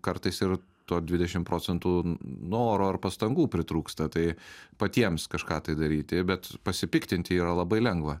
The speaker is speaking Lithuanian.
kartais ir to dvidešim procentų noro ar pastangų pritrūksta tai patiems kažką tai daryti bet pasipiktinti yra labai lengva